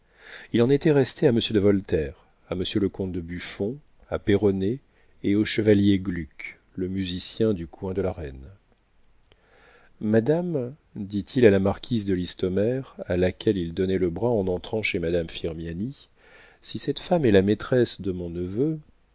il en était resté à monsieur de voltaire à monsieur le comte de buffon à peyronnet et au chevalier gluck le musicien du coin de la reine madame dit-il à la marquise de listomère à laquelle il donnait le bras en entrant chez madame firmiani si cette femme est la maîtresse de mon neveu